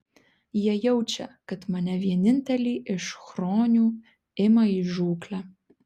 jie jaučia kad mane vienintelį iš chronių ima į žūklę